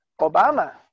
Obama